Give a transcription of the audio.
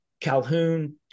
Calhoun –